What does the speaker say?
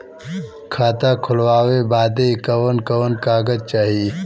खाता खोलवावे बादे कवन कवन कागज चाही?